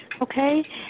Okay